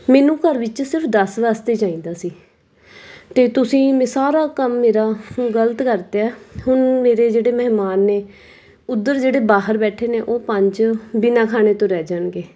ਮੈਨੂੰ ਘਰ ਵਿੱਚ ਸਿਰਫ਼ ਦਸ ਵਾਸਤੇ ਚਾਹੀਦਾ ਸੀ ਅਤੇ ਤੁਸੀਂ ਸਾਰਾ ਕੰਮ ਮੇਰਾ ਗਲਤ ਕਰ ਦਿੱਤਾ ਹੁਣ ਮੇਰੇ ਜਿਹੜੇ ਮਹਿਮਾਨ ਨੇ ਉੱਧਰ ਜਿਹੜੇ ਬਾਹਰ ਬੈਠੇ ਨੇ ਉਹ ਪੰਜ ਬਿਨਾਂ ਖਾਣੇ ਤੋਂ ਰਹਿ ਜਾਣਗੇ